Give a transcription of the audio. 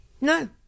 No